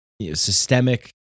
systemic